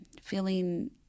feeling